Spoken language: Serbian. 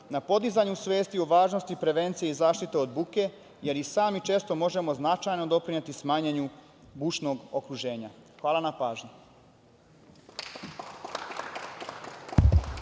na podizanju svesti važnosti prevencije i zaštite od buke, jer i sami često možemo značajno doprineti smanjenju bučnog okruženja. Hvala vam na pažnji.